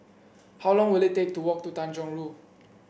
how long will it take to walk to Tanjong Rhu